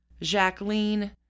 Jacqueline